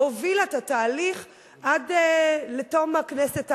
והובילה את התהליך עד לתום הכנסת האחרונה,